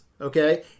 okay